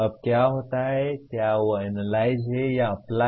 अब क्या होता है क्या वह एनालाइज है या अप्लाई